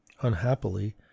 unhappily